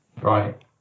right